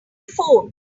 phone